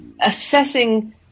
assessing